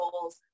goals